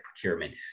procurement